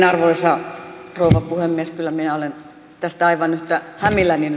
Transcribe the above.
arvoisa rouva puhemies kyllä minä olen tästä tilanteesta aivan yhtä hämilläni